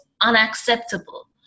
unacceptable